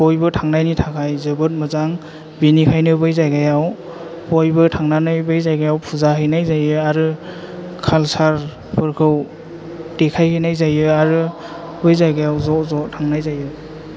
बयबो थांनायनि थाखाय जोबोद मोजां बेनिखायनो बै जायगायाव बयबो थांनानै बै जायगायाव फुजा हैनाय जायो आरो कालसार फोरखौ देखाय हैनाय जायो आरो बै जायगायाव ज' ज' थांनाय जायो